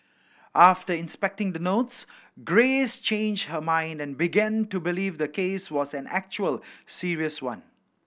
after inspecting the notes Grace changed her mind and began to believe the case was an actual serious one